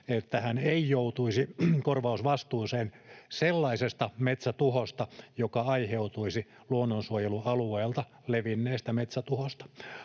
että hän ei joutuisi korvausvastuuseen sellaisesta metsätuhosta, joka aiheutuisi luonnonsuojelualueelta levinneestä metsätuhosta.